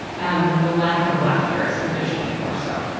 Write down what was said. and the lack of laughter is conditioned more so.